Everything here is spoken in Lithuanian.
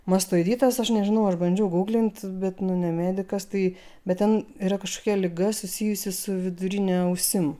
mastoiditas aš nežinau aš bandžiau guglint bet ne medikas tai bet ten yra kažkokia liga susijusi su vidurine ausim